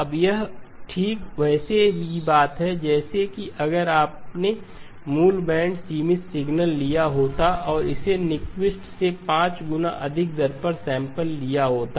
अब यह ठीक वैसी ही बात है जैसा कि अगर आपने मूल बैंड सीमित सिग्नल लिया होता और इसे न्यूक्विस्टसे 5 गुना अधिक पर सैंपल लिया होता